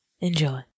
enjoy